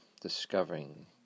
discovering